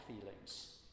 feelings